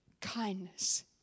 Kindness